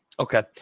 Okay